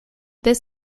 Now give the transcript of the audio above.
this